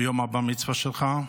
ביום בר-המצווה שלך,